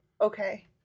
okay